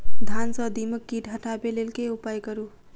धान सँ दीमक कीट हटाबै लेल केँ उपाय करु?